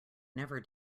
never